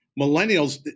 Millennials